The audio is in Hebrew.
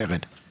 בדרך